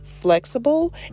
flexible